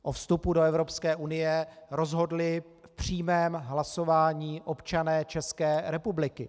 O vstupu do Evropské unie rozhodli v přímém hlasování občané České republiky.